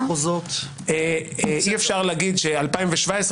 אי-אפשר להגיד ש-2017,